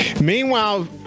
Meanwhile